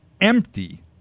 empty